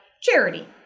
charity